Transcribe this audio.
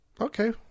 okay